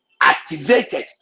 activated